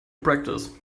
practice